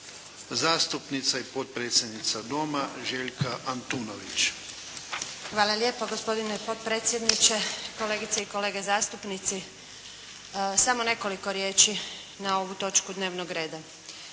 zastupnica i potpredsjednika doma Željka Antunović. **Antunović, Željka (SDP)** Hvala lijepo. Gospodine potpredsjedniče, kolegice i kolege zastupnici. Samo nekoliko riječi na ovu točku dnevnog reda.